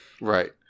Right